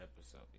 episode